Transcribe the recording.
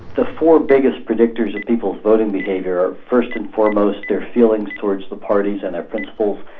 the four biggest predictors of people's voting behaviour are first and foremost their feelings towards the parties and their principles.